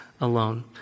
alone